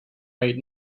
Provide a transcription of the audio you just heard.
right